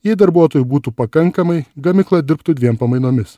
jei darbuotojų būtų pakankamai gamykla dirbtų dviem pamainomis